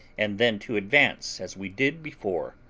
and then to advance as we did before.